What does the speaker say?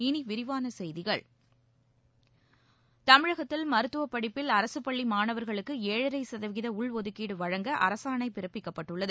இனி விரிவான செய்திகள் தமிழகத்தில் மருத்துவ படிப்பில் அரசுப் பள்ளி மாணவர்களுக்கு ஏழரை சதவீத உள் ஒதுக்கீடு வழங்க அரசாணை பிறப்பிக்கப்பட்டுள்ளது